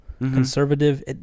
Conservative